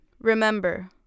Remember